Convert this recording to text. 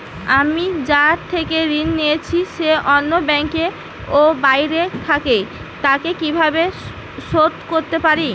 আমি যার থেকে ঋণ নিয়েছে সে অন্য ব্যাংকে ও বাইরে থাকে, তাকে কীভাবে শোধ করতে পারি?